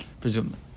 Presumably